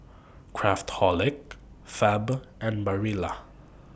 Craftholic Fab and Barilla